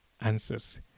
answers